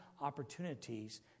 opportunities